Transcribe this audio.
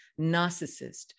narcissist